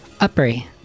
Uppery